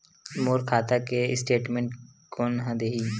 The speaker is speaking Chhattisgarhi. मोर खाता के स्टेटमेंट कोन ह देही?